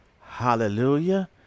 Hallelujah